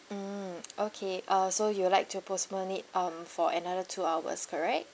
mm okay uh so you'll like to postpone it um for another two hours correct